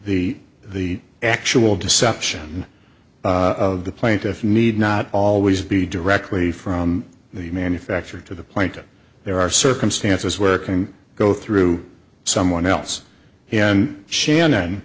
the the actual deception of the plaintiff need not always be directly from the manufacturer to the point that there are circumstances where can go through someone else and shannon